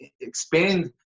expand